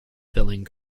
filling